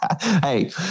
hey